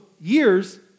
years